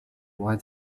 why